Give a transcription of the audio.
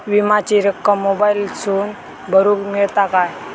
विमाची रक्कम मोबाईलातसून भरुक मेळता काय?